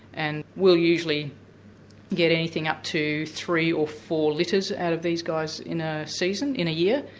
and we'll usually get anything up to three or four litters out of these guys in a season in a year.